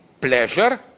pleasure